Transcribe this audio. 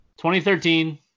2013